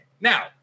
Now